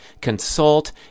consult